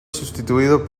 sustituido